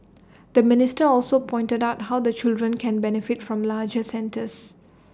the minister also pointed out how the children can benefit from larger centres